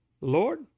Lord